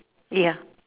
ya